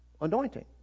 Anointing